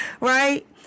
Right